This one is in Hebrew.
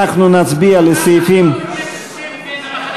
אנחנו נצביע על סעיפים, בין המחנה